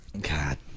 God